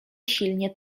silnie